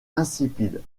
insipide